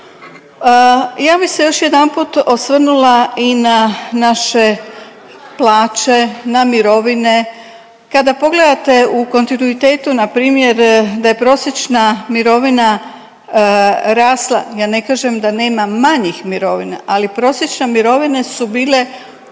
Ja bi se još jedanput osvrnula i na naše plaće, na mirovine, kada pogledate u kontinuitetu npr. da je prosječna mirovina rasla, ja ne kažem da nema manjih mirovina, ali prosječne mirovine su bile